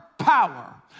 power